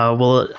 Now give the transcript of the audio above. ah well,